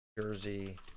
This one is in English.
Jersey